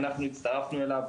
אנחנו הצטרפנו אליו